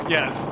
Yes